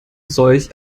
solch